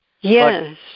Yes